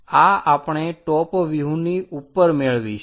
આ આપણે ટોપ વ્યૂહની ઉપર મેળવીશું